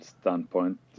standpoint